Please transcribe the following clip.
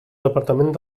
departament